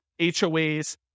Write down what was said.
HOAs